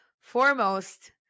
foremost